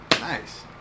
Nice